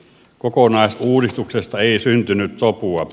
kokonaisuudistuksesta ei syntynyt sopua